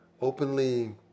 openly